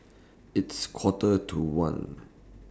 its Quarter to one